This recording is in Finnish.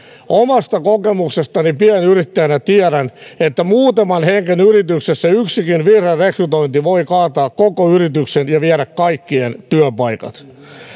omasta kokemuksestani pienyrittäjänä tiedän että muutaman hengen yrityksessä yksikin virherekrytointi voi kaataa koko yrityksen ja viedä kaikkien työpaikat